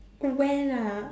when ah